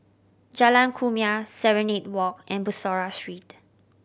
Jalan Kumia Serenade Walk and Bussorah Street